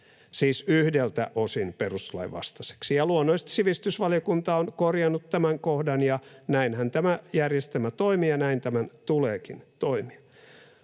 siis yhdeltä osin perustuslain vastaiseksi. Luonnollisesti sivistysvaliokunta on korjannut tämän kohdan, ja näinhän tämä järjestelmä toimii, ja näin tämän tuleekin toimia.